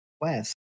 west